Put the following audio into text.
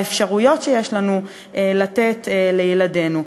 באפשרויות שיש לנו לתת לילדינו.